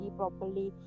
properly